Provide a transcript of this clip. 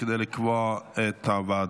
כספים.